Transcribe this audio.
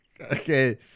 Okay